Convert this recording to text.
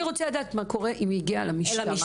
אני רוצה לדעת מה קורה אם היא הגיעה למשטרה.